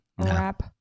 wrap